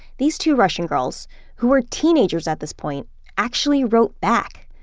these two russian girls who were teenagers at this point actually wrote back.